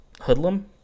hoodlum